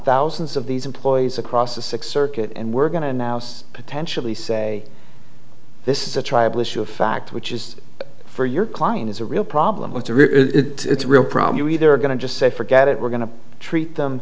thousands of these employees across the six circuit and we're going to announce potentially say this is a tribal issue of fact which is for your client is a real problem with the it's real problem you either are going to just say forget it we're going to treat them